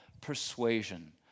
persuasion